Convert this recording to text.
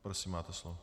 Prosím, máte slovo.